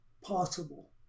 possible